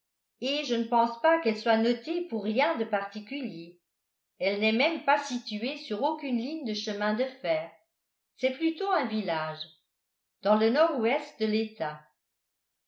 et je ne pense pas qu'elle soit notée pour rien de particulier elle n'est pas même située sur aucune ligne de chemin de fer c'est plutôt un village dans le nord-ouest de l'etat